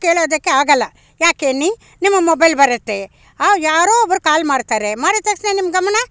ಕೇಳೋದಕ್ಕೆ ಆಗೋಲ್ಲ ಯಾಕೆನ್ನಿ ನಿಮ್ಮ ಮೊಬೈಲ್ ಬರುತ್ತೆ ಆ ಯಾರೋ ಒಬ್ರು ಕಾಲ್ ಮಾಡ್ತಾರೆ ಮಾಡಿದ ತಕ್ಷಣ ನಿಮ್ಮ ಗಮನ